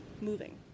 Moving